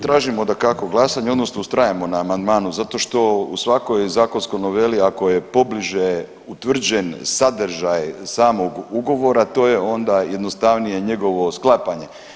Tražimo, dakako glasanje, odnosno ustrajemo na amandmanu zato što u svakoj zakonskoj noveli, ako je pobliže utvrđen sadržaj samog ugovora, to je onda jednostavnije njegovo sklapanje.